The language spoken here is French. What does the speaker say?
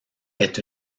est